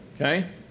Okay